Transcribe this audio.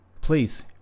please